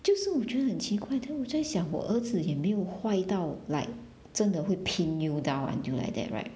就是我觉得很奇怪 then 我在想我儿子也没有坏到 like 真的会 pin you down until like that right